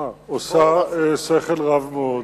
עושה שכל רב מאוד